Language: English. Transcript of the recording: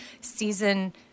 season